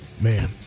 Man